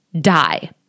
die